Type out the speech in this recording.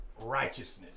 righteousness